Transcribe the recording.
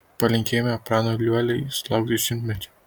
palinkėjome pranui liuoliai sulaukti šimtmečio